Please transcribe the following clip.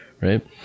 right